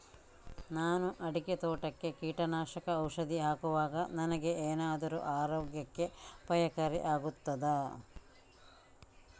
ನಾನು ಅಡಿಕೆ ತೋಟಕ್ಕೆ ಕೀಟನಾಶಕ ಔಷಧಿ ಹಾಕುವಾಗ ನನಗೆ ಏನಾದರೂ ಆರೋಗ್ಯಕ್ಕೆ ಅಪಾಯಕಾರಿ ಆಗುತ್ತದಾ?